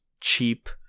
cheap